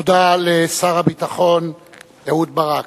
תודה לשר הביטחון אהוד ברק,